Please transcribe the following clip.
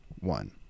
one